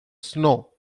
snow